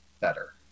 better